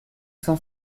cent